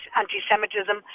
anti-Semitism